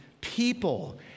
people